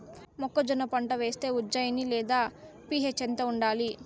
మొక్కజొన్న పంట వేస్తే ఉజ్జయని లేదా పి.హెచ్ ఎంత ఉండాలి?